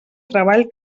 treball